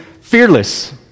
fearless